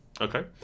Okay